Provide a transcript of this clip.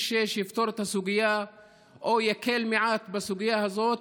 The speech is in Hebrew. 6 תפתור את הסוגיה או תקל מעט בסוגיה הזו,